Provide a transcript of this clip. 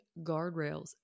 guardrails